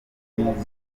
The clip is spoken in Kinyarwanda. nyuguti